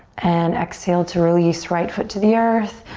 and exhale to release right foot to the earth,